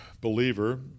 believer